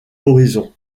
horizon